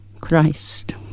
Christ